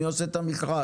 מי עושה את המכרז?